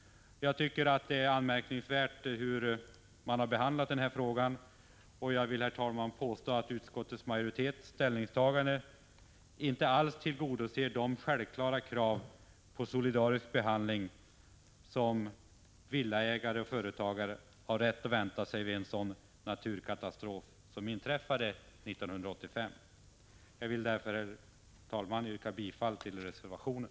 Jag menar att denna fråga har behandlats på ett anmärkningsvärt sätt, och jag vill påstå att ställningstagandet från utskottets majoritet inte alls tillgodoser de självklara krav på solidarisk behandling som villaägare och företagare har rätt att ställa efter en sådan naturkatastrof som inträffade år 1985. Jag vill därför, herr talman, yrka bifall till reservationen.